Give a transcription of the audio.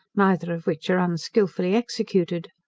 neither of which are unskilfully executed.